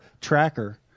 tracker